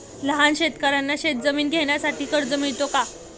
लहान शेतकऱ्यांना शेतजमीन घेण्यासाठी कर्ज मिळतो का?